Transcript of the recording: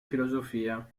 filosofia